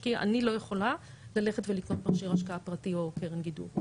אני לא יכולה ללכת ולקנות מכשיר השקעה פרטי או קרן גידור,